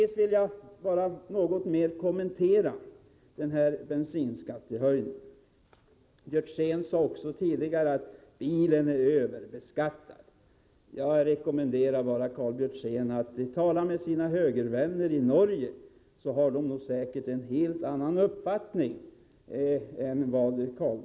Så vill jag något mer kommentera bensinskattehöjningen. Karl Björzén sade att bilen är överbeskattad. Jag rekommenderar honom att tala med sina högervänner i Norge — de har säkert en helt annan uppfattning.